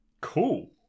cool